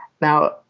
Now